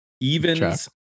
Even's